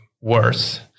worse